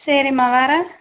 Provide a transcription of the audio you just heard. சரிம்மா வேறு